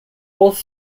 both